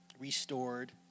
restored